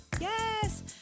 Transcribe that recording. Yes